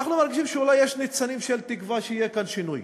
אנחנו מרגישים שאולי יש ניצנים של תקווה שיהיה כאן שינוי.